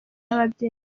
n’ababyeyi